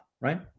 right